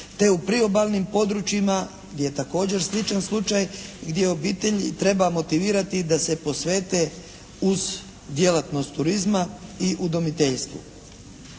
Te u priobalnim područjima gdje je također sličan slučaj, gdje obitelji treba motivirati da se posvete uz djelatnost turizma i udomiteljstvu.